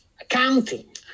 accounting